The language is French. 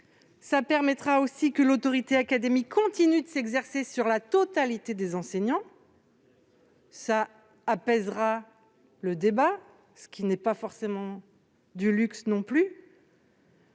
Cela permettra également à l'autorité académique de continuer de s'exercer sur la totalité des enseignants. Cela apaisera le débat, ce qui n'est pas forcément un luxe.